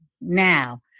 Now